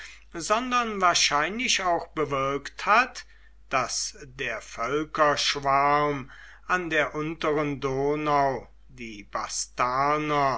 sondern wahrscheinlich auch bewirkt hat daß der völkerschwarm an der unteren donau die bastarner